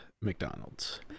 McDonald's